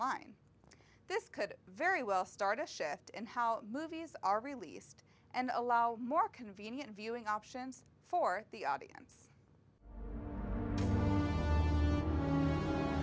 line this could very well start a shift in how movies are released and allow more convenient viewing options for the audience